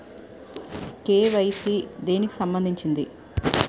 KYC దేనికి సంబందించింది?